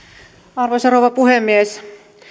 arvoisa rouva puhemies